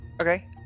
Okay